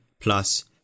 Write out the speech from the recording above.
plus